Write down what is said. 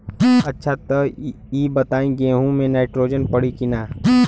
अच्छा त ई बताईं गेहूँ मे नाइट्रोजन पड़ी कि ना?